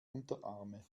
unterarme